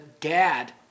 dad